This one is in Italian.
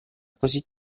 così